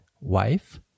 wife